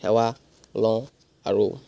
সেৱা লওঁ আৰু